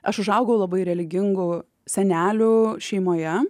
aš užaugau labai religingų senelių šeimoje